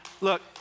Look